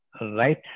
right